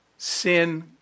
Sin